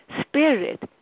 Spirit